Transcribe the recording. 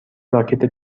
راکت